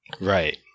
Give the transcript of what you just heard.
Right